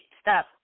stop